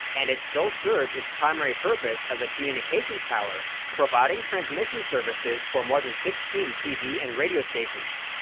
and it still serves its primary purpose as a communications tower, providing transmission services for more than sixteen tv and radio stations.